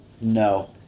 No